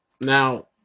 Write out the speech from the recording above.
now